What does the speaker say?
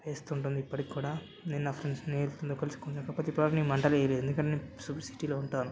వేస్తుంటుంది ఇప్పటికి కూడా నేను నా ఫ్రెండ్స్ని స్నేహితులతో కలిసి ఇప్పటివరకు నేను మంటలు వేయలేదు ఎందుకంటే నేను మొత్తం సిటీలో ఉంటాను